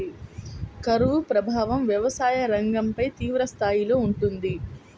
కరువు ప్రభావం వ్యవసాయ రంగంపై తీవ్రస్థాయిలో ఉంటుంది